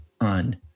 on